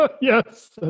Yes